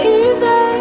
easy